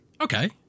okay